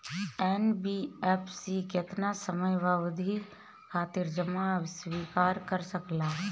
NBFC केतना समयावधि खातिर जमा स्वीकार कर सकला?